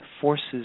forces